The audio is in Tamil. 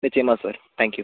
நிச்சயமா சார் தேங்க் யூ